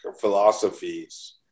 philosophies